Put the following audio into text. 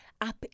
up